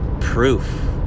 proof